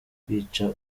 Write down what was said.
kwica